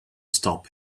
stop